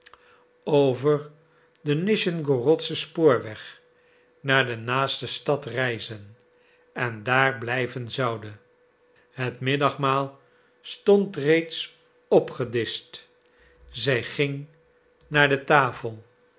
over den nischnegorodschen spoorweg naar de naaste stad reizen en daar blijven zoude het middagmaal stond reeds opgedischt zij ging naar de tafel